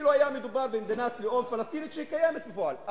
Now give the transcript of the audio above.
אילו היה מדובר במדינת לאום פלסטינית שקיימת בפועל.